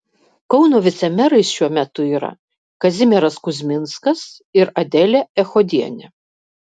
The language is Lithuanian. kauno vicemerais šiuo metu yra kazimieras kuzminskas ir adelė echodienė